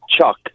Chuck